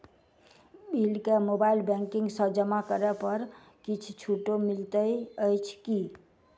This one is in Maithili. बिल केँ मोबाइल बैंकिंग सँ जमा करै पर किछ छुटो मिलैत अछि की?